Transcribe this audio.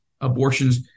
abortions